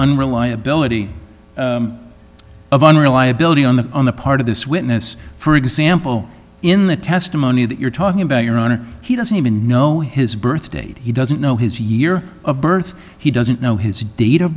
unreliability of unreliability on the on the part of this witness for example in the testimony that you're talking about your honor he doesn't even know his birth date he doesn't know his year of birth he doesn't know his dat